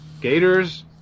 gators